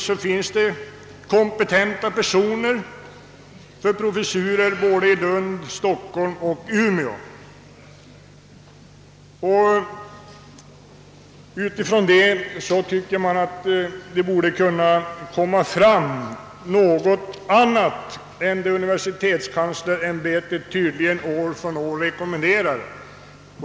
I en annan motion finns något angivet därom. Med hänsyn till dessa upplysningar tycker jag att något annat borde kunna komma fram än det som universitetskanslersämbetet år från år rekommenderar.